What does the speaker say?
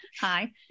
Hi